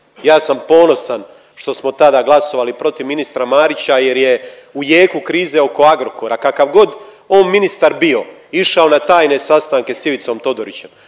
Ja sam ponosan što smo tada glasovali protiv ministra Marića jer je u jeku krize oko Agrokora, kakav god on ministar bio, išao na tajne sastanke s Ivicom Todorićem.